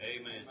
Amen